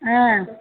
ஆ